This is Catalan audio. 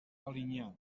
alinyà